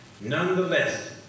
Nonetheless